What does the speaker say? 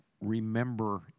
remember